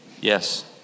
Yes